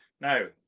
now